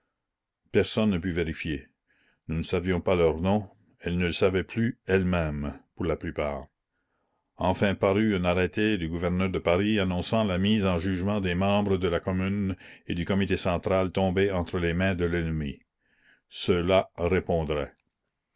personne ne put vérifier nous ne savions pas leurs noms elles ne le savaient plus elles-mêmes pour la plupart enfin parut un arrêté du gouverneur de paris annonçant la mise en jugement des membres de la commune et du comité central tombés entre les mains de l'ennemi ceux-là répondraient